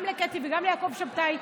גם לקטי וגם ליעקב שבתאי,